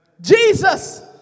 Jesus